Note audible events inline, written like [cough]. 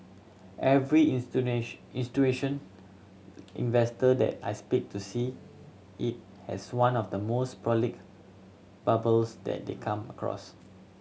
every [unintelligible] investor that I speak to see it as one of the most [unintelligible] bubbles that they come across